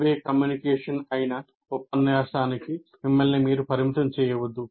one way communication అయిన ఉపన్యాసానికి మిమ్మల్ని మీరు పరిమితం చేయవద్దు